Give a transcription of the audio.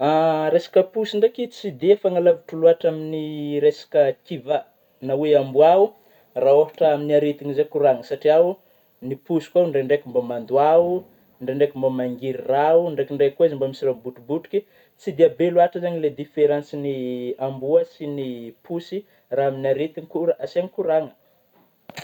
Resaka posy ndraiky tsy dia mifagnalavitry lôatra amin'ny resaka kiva na oe ambôao, raha ôhatry amin'ny aretigny zegny koragna satriah o, ny posy koa ndraindraiky mba mandôao, ndraikindraiky mba mangery rà ,ndraikindriky koa izy mba misy raha mibotribotry. Tsy dia be loatra zagny ilay differance amboa sy ny posy raha amin'ny aretiny zagny kôragna.